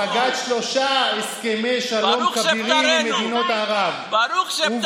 השגת שלושה הסכמי שלום כבירים עם מדינות ערב וביטול